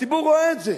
הציבור רואה את זה,